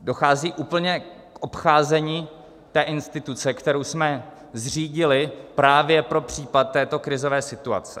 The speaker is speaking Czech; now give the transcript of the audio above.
Dochází úplně k obcházení té instituce, kterou jsme zřídili právě pro případ této krizové situace.